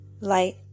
light